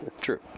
True